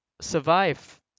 survive